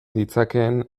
ditzakeen